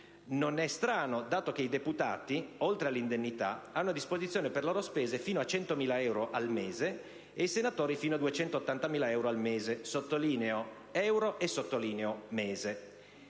Non è strano, dato che i deputati, oltre all'indennità, hanno a disposizione per le loro spese fino a l00.000 euro al mese e i senatori fino a 280.000 euro al mese. Sottolineo "euro" e sottolineo "al